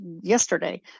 yesterday